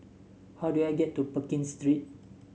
how do I get to Pekin Street